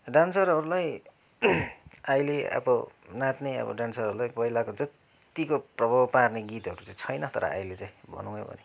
डान्सरहरूलाई अहिले अब नाच्ने अब डान्सरहरूलाई पहिलाको जत्तिको प्रभाव पार्ने गीतहरू चाहिँ छैन तर अहिले चाहिँ भनौँ नै भने